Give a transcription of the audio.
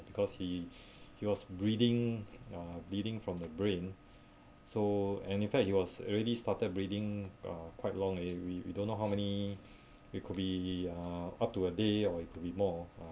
because he he was breathing uh bleeding from the brain so and in fact he was already started bleeding uh quite long already we we don't know how many it could be uh up to a day or it could be more